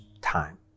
time